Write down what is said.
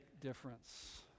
difference